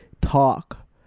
talk